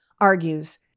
argues